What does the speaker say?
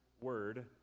Word